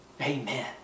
Amen